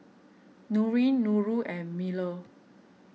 Nurin Nurul and Melur